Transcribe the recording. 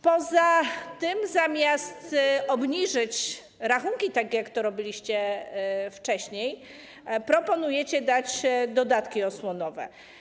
Poza tym, zamiast obniżyć rachunki, tak jak to robiliście wcześniej, proponujecie dać dodatki osłonowe.